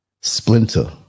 splinter